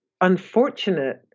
unfortunate